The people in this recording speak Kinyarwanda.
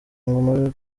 ngo